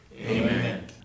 Amen